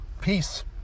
peace